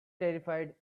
terrified